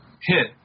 hit